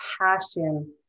passion